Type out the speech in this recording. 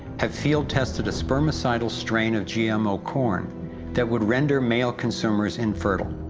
have field-tested a spermicidal strain of gmo corn that would render male consumers infertile.